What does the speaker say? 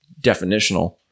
definitional